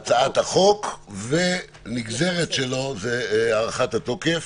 בהצעת החוק והנגזרת שלו זה הארכת התוקף.